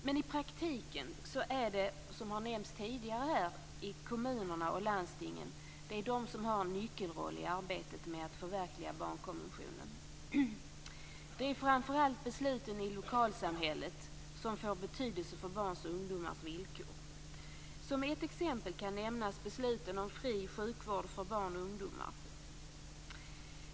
Men i praktiken är det, som har nämnts tidigare, kommunerna och landstingen som har en nyckelroll i arbetet med att förverkliga barnkonventionen. Det är framför allt besluten i lokalsamhället som får betydelse för barns och ungdomars villkor. Som ett exempel kan nämnas besluten om fri sjukvård för barn och ungdomar.